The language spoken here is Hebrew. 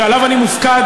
שעליו אני מופקד,